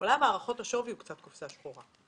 אז עולם הערכות השווי הוא קצת קופסא שחורה,